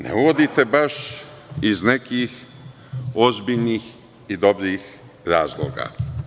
Ne uvodi te baš iz nekih ozbiljnih i dobrih razloga.